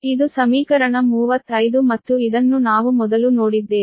ಇದು ಸಮೀಕರಣ 35 ಮತ್ತು ಇದನ್ನು ನಾವು ಮೊದಲು ನೋಡಿದ್ದೇವೆ